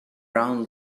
brown